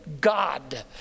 God